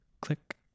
click